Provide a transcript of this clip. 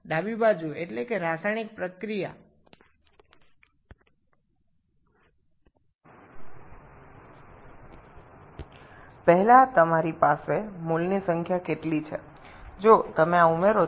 বাম দিকে অর্থাত্ রাসায়নিক বিক্রিয়ার আগে আপনার কত মোল সংখ্যা রয়েছে